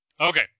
Okay